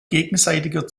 gegenseitiger